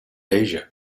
asia